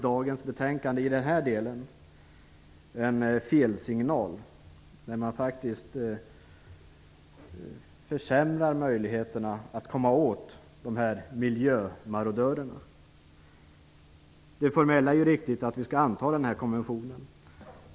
Dagens betänkande är i den här delen en felsignal, eftersom man faktiskt försämrar möjligheterna att komma åt miljömarodörerna. Det formella är ju riktigt, att vi skall anta havsrättskonventionen.